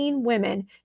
women